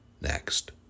next